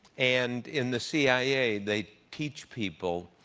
and in the c i a, they teach people,